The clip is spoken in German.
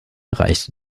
reichte